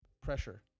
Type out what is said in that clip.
pressure